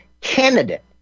candidate